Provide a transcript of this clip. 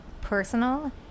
personal